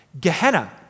Gehenna